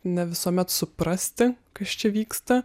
ne visuomet suprasti kas čia vyksta